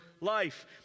life